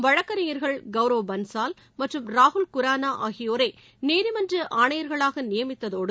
வழக்கறிஞர்கள் கௌரவ் பன்சால் மற்றும் ராகுல் குரானா ஆகியோரை நீதிமன்ற ஆணையர்களாக நியமித்ததோடு